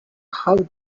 how